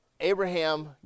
Abraham